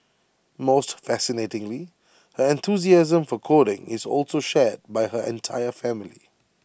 most fascinatingly her enthusiasm for coding is also shared by her entire family